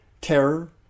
terror